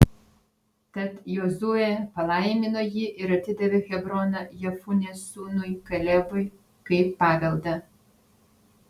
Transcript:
tad jozuė palaimino jį ir atidavė hebroną jefunės sūnui kalebui kaip paveldą